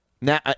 Now